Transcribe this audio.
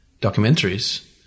documentaries